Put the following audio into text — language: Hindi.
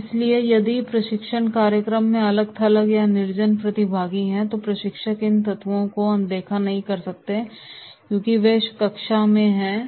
इसलिए यदि प्रशिक्षण कार्यक्रम में अलग थलग या निर्जन प्रतिभागी हैं तो प्रशिक्षक इन तत्वों को अनदेखा नहीं कर सकते क्योंकि वे कक्षा में हैं